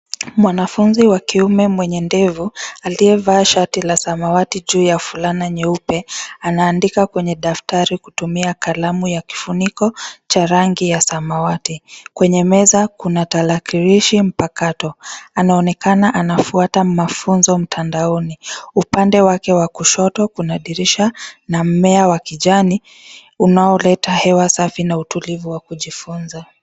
Mwanafunzi wa kiume mwenye ndevu, aliyevaa shati la samawati juu ya fulana nyeupe , anaandika kwenye daftari kutumia kalamu ya kifuniko cha rangi ya samawati. Kwenye meza kuna tarakilishi mpakato. Anaoenekana anafuata mafunzo mtandaoni. Upande wake wa kushoto kuna dirisha na mmea wa kijani, unaoleta hewa safi na utulivu wa kujifunza.